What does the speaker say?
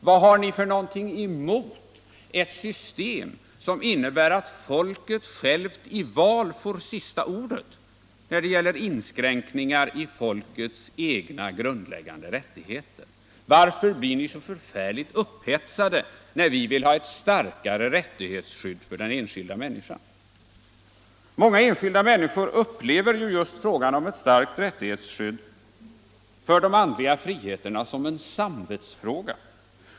Vad har ni emot ett system som innebär att folket självt i val får sista ordet när det gäller inskränkningar i folkets egna grundläggande rättigheter? Varför blir ni så förfärligt upphetsade när vi vill ha ett starkare rättighetsskydd för den enskilda människan? Många enskilda människor upplever frågan om ett starkt rättighetsskydd för de andliga friheterna som en samvetsfråga.